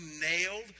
nailed